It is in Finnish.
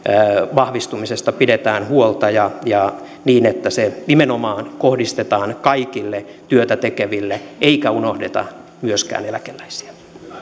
vahvistumisesta pidetään huolta niin että se nimenomaan kohdistetaan kaikille työtätekeville eikä unohdeta myöskään eläkeläisiä